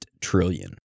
trillion